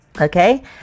Okay